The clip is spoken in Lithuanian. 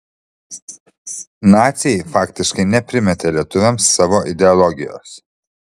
naciai faktiškai neprimetė lietuviams savo ideologijos